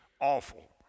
awful